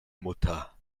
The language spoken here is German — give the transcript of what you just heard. mutter